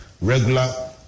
regular